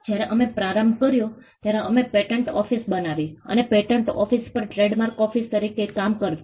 જ્યારે અમે પ્રારંભ કર્યો ત્યારે અમે પેટન્ટ ઓફિસ બનાવી અને પેટન્ટ ઓફિસ પણ ટ્રેડમાર્ક ઓફિસ તરીકે કામ કરતી